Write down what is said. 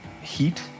heat